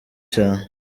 cane